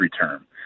term